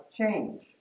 change